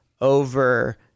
over